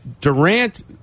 Durant